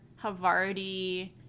Havarti